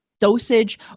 dosage